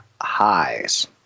highs